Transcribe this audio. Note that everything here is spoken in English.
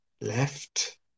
Left